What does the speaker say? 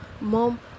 Mom